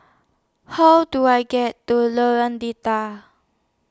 How Do I get to Lorong Data